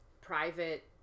private